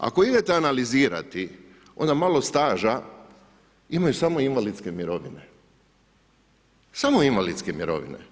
Ako idete analizirati, onda malo staža imaju samo invalidske mirovine, samo invalidske mirovine.